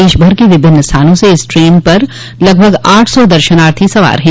देशभर के विभिन्न स्थानों से इस ट्रेन पर लगभग आठ सौ दशनार्थी सवार है